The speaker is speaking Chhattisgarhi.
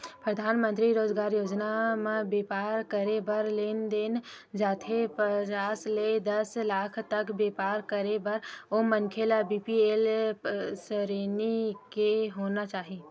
परधानमंतरी रोजगार योजना म बेपार करे बर लोन दे जाथे पांच ले दस लाख तक बेपार करे बर ओ मनखे ल बीपीएल सरेनी के होना चाही